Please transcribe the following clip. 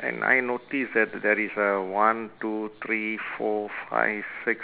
and I noticed that there is uh one two three four five six